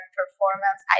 performance